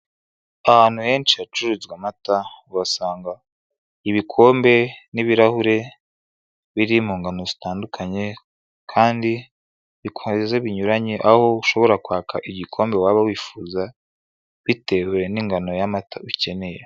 Ahantu henshi hacururizwa amata, uhasanga ibikombe n'ibirahure biri mu ngano zitandukanye kandi bikoze binyuranye, aho ushobora kwaka igikombe waba wifuza bitewe n'ingano y'amata ukeneye.